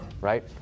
right